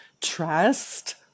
trust